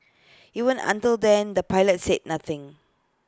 even until then the pilots said nothing